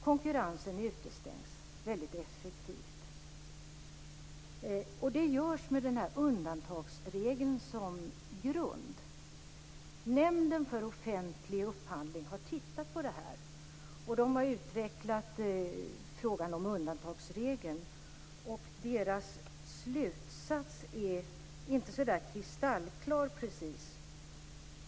Konkurrensen utestängs väldigt effektivt. Det görs med undantagsregeln som grund. Nämnden för offentlig upphandling har tittat på detta. De har utvecklat frågan om undantagsregeln. Deras slutsats är inte så kristallklar precis.